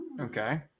Okay